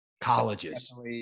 Colleges